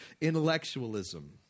intellectualism